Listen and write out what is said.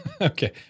Okay